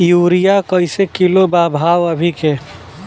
Urea कइसे kilo बा भाव अभी के?